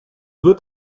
wird